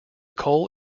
coal